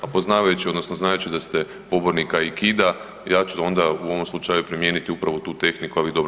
A poznavajući odnosno znajući da ste pobornik aikida je ću onda u ovom slučaju primijeniti upravo tu tehniku, a vi dobro